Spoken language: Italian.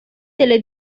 delle